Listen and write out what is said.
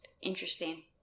interesting